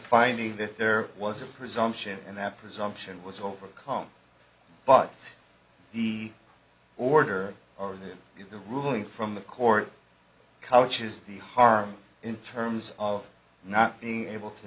finding that there was a presumption and that presumption was overcome by the order or the ruling from the court couches the harm in terms of not being able to